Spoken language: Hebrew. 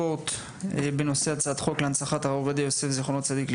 התרבות והספורט בנושא הצעת חוק להנצחת הרב עובדיה יוסף זצ"ל.